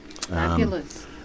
Fabulous